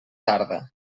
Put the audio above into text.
tarda